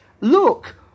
look